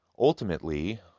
Ultimately